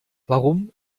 warum